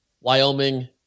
Wyoming